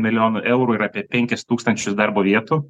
milijonų eurų ir apie penkis tūkstančius darbo vietų